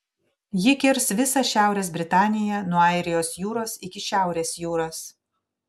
ji kirs visą šiaurės britaniją nuo airijos jūros iki šiaurės jūros